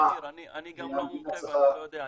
המדינה צריכה --- אני גם לא מומחה ואני לא יודע,